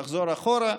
לחזור אחורה,